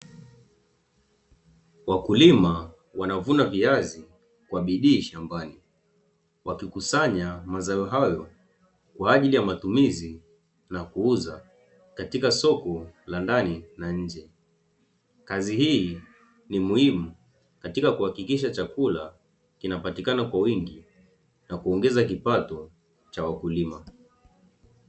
Wakulima wanaovuna viazi kwa bidii shambani , wakikusanya mazao hayo kwa ajili ya matumizi na kuuza katika soko la ndani na nje. Kazi hii ni muhimu katika kuhakikisha chakula kinapatikana kwa wingi na kuongeza kipato cha wakulima.